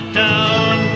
down